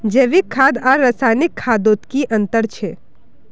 जैविक खाद आर रासायनिक खादोत की अंतर छे?